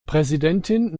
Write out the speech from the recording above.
präsidentin